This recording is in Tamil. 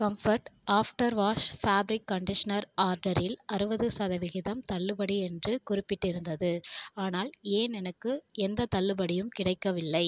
comfort after wash fabric conditioner ஆர்டரில் அறுபது சதவீதம் தள்ளுபடி என்று குறிப்பிட்டிருந்தது ஆனால் ஏன் எனக்கு எந்தத் தள்ளுபடியும் கிடைக்கவில்லை